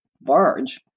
barge